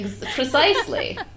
Precisely